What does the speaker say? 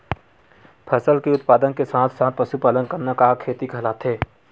फसल के उत्पादन के साथ साथ पशुपालन करना का खेती कहलाथे?